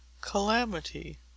CALAMITY